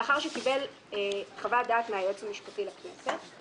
לאחר שקיבל חוות דעת מהיועץ המשפטי לכנסת,